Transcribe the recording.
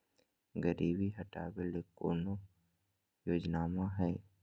गरीबी हटबे ले कोई योजनामा हय?